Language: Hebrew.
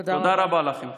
תודה רבה לכם.